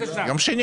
שואל?